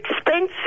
expensive